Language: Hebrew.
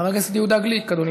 חבר הכנסת יהודה גליק, אדוני,